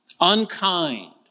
unkind